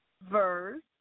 verse